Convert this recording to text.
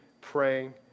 praying